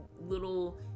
little